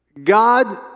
God